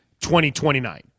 2029